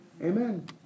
Amen